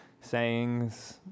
sayings